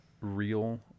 real